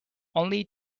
only